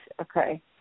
Okay